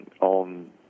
on